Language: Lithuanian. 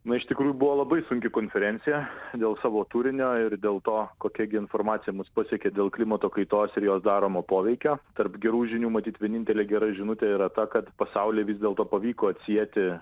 na iš tikrųjų buvo labai sunki konferencija dėl savo turinio ir dėl to kokia gi informacija mus pasiekė dėl klimato kaitos ir jo daromo poveikio tarp gerų žinių matyt vienintelė gera žinutė yra ta kad pasauliui vis dėlto pavyko atsieti